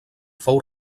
fou